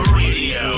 radio